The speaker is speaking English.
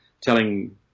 telling